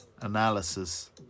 analysis